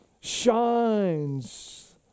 shines